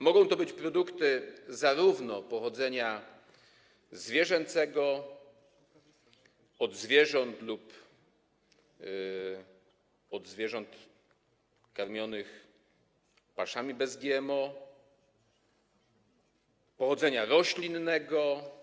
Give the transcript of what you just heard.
Mogą to być produkty zarówno pochodzenia zwierzęcego, od zwierząt lub od zwierząt karmionych paszami bez GMO, jak i pochodzenia roślinnego.